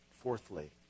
Fourthly